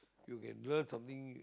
you can learn something